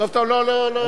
בסדר גמור.